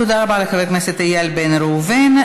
תודה רבה לחבר הכנסת איל בן ראובן.